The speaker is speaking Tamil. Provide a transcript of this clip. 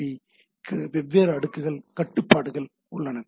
பி க்கு வெவ்வேறு கட்டுப்பாடுகள் உள்ளன